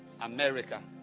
America